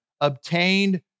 obtained